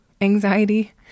anxiety